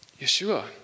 Yeshua